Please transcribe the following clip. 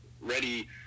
ready